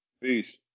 Peace